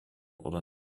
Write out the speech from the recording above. oder